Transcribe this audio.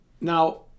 Now